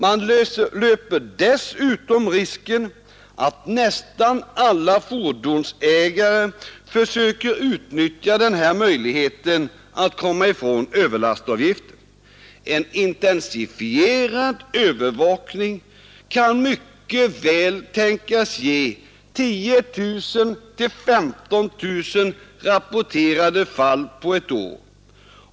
Man löper dessutom risken att nästan alla fordonsägare försöker utnyttja den här möjligheten att komma ifrån överlastavgiften. En intensifierad övervakning kan mycket väl tänkas ge 10 000-15 000 rapporterade fall på ett år.